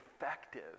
effective